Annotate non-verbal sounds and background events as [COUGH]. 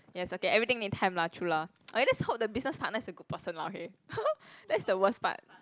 ya is okay everything need time lah true lah okay just hope the business partner is a good person lah okay [LAUGHS] that's the worst part